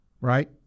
Right